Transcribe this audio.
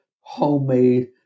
homemade